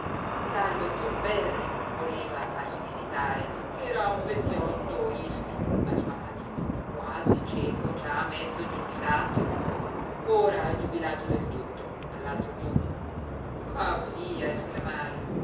dal dr berri voleva farsi visitare ch'era un vecchiotto ispido asmatico quasi cieco già mezzo giubilato ora giubilato del tutto all'altro mondo ma via esclamai